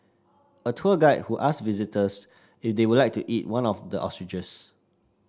a tour guide who asked visitors if they would like to eat one of the ostriches